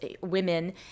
women